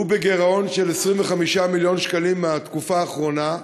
הוא בגירעון של 25 מיליון שקלים מהתקופה האחרונה,